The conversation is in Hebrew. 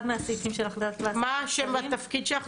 אחד מהסעיפים של החלטת ועדת השרים --- מה השם והתפקיד שלך?